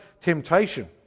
temptation